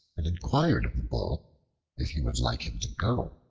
and inquired of the bull if he would like him to go.